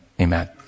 Amen